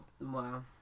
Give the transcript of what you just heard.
Wow